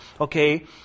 okay